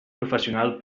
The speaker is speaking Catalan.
professional